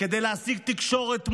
כדי להשיג תקשורת,